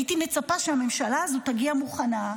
הייתי מצפה שהממשלה הזו תגיע מוכנה,